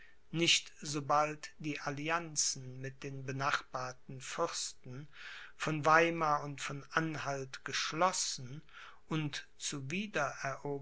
nicht sobald die allianzen mit den benachbarten fürsten von weimar und von anhalt geschlossen und